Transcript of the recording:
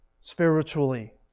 spiritually